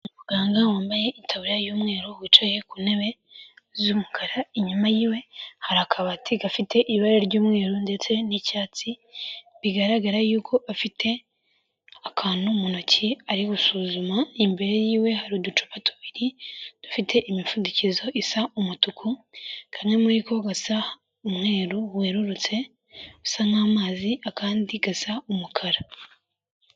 Umuganga wambaye itaburiya y'umweru wicaye ku ntebe z'umukara, inyuma yiwe hari akabati gafite ibara ry'umweru ndetse n'icyatsi bigaragara yuko afite akantu mu ntoki ari gusuzuma imbere yiwe hari uducupa tubiri dufite imipfundikizo isa umutuku kamwe muri ko gasa umweru werurutse usa nk'amazi, akandi gasa umukara.